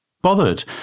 bothered